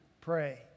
pray